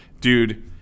Dude